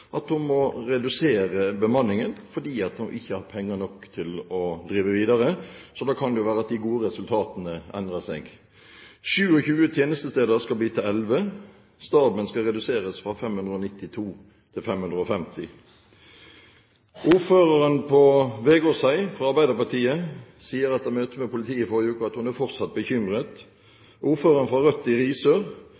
at politimesteren i Agder sier at hun må redusere bemanningen fordi hun ikke har penger nok til å drive videre. Da kan det jo være at de gode resultatene endrer seg. 27 tjenestesteder skal bli til 11. Staben skal reduseres fra 592 til 550. Ordføreren i Vegårshei fra Arbeiderpartiet sier etter et møte med politiet i forrige uke at hun fortsatt er bekymret.